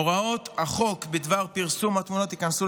הוראות החוק בדבר פרסום התמונות ייכנסו